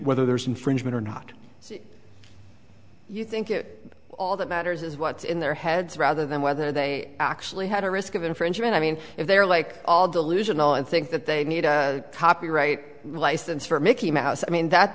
whether there's infringement or not you think it all that matters is what's in their heads rather than whether they actually had a risk of infringement i mean if they're like all delusional and think that they need a copyright license for mickey mouse i mean that